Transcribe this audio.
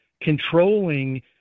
controlling